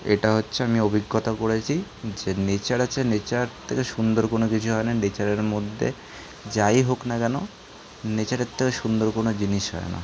এটা হচ্ছে আমি অভিজ্ঞতা করেছি যে নেচার আছে নেচার থেকে সুন্দর কোনও কিছু হয় না নেচারের মধ্যে যাই হোক না কেন নেচারের থেকে সুন্দর কোনও জিনিস হয় না